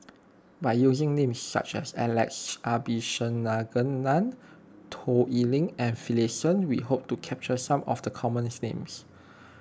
by using names such as Alex Abisheganaden Toh Liying and Finlayson we hope to capture some of the common names